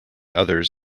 others